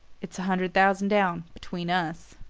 it's a hundred thousand down, between us.